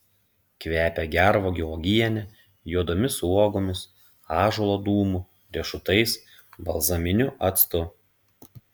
kvepia gervuogių uogiene juodomis uogomis ąžuolo dūmu riešutais balzaminiu actu